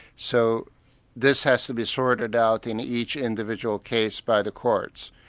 so this has to be sorted out in each individual case by the courts.